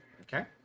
Okay